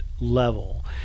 level